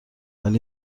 ولی